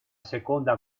seconda